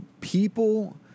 people